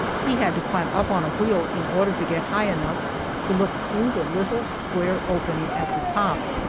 he had to climb up on a wheel in order to get high enough to look through the little square opening at the top,